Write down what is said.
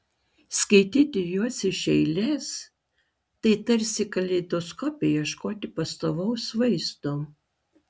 skaityti juos iš eilės tai tarsi kaleidoskope ieškoti pastovaus vaizdo